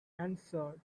answered